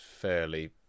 fairly